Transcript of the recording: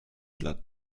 dla